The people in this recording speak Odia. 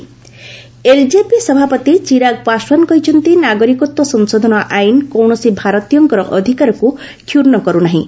ଏଲ୍ଜେପି ସିଏଏ ଏଲ୍ଜେପି ସଭାପତି ଚିରାଗ୍ ପାଶ୍ୱାନ୍ କହିଛନ୍ତି ନାଗରିକତ୍ୱ ସଂଶୋଧନ ଆଇନ କୌଣସି ଭାରତୀୟଙ୍କର ଅଧିକାରକୁ କ୍ଷୁଣ୍ଣ କରୁ ନାହିଁ